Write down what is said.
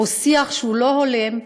או שיח שהוא לא הולם,